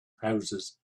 houses